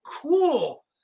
cool